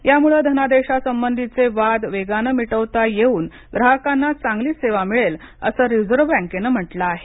यामुळं धनादेशासंबधीचे वाद वेगानं मिटवता येऊन ग्राहकांना चांगली सेवा मिळेल असं रिझर्व्ह बँकेनं म्हटलं आहे